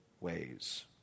ways